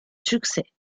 succès